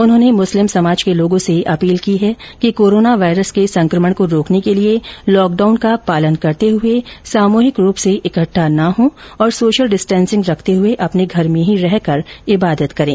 उन्होंने मुस्लिम समाज के लोगों से अपील की है कि कोरोना वायरस के संकमण को रोकने के लिए लॉकडाउन का पालन करते हुए सामुहिक रूप से इकट्ठा ना हो और सोशल डिस्टेसिंग रखते हुए अपने घर में ही रहकर इबादत करें